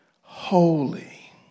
Holy